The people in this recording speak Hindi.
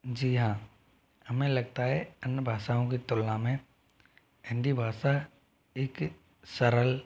जी हाँ हमें लगता है अन्य भाषाओं की तुलना में हिंदी भाषा एक सरल